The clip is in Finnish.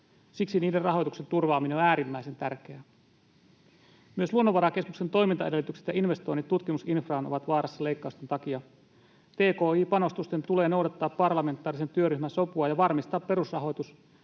Siksi niiden rahoituksen turvaaminen on äärimmäisen tärkeää. Myös Luonnonvarakeskuksen toimintaedellytykset ja investoinnit tutkimusinfraan ovat vaarassa leikkausten takia. Tki-panostusten tulee noudattaa parlamentaarisen työryhmän sopua ja varmistaa perusrahoitus